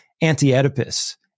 anti-Oedipus